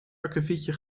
akkefietje